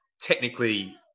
technically